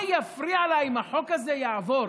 מה יפריע לה אם החוק הזה יעבור,